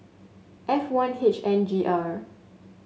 F one H N G R